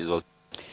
Izvolite.